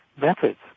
methods